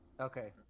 Okay